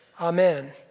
Amen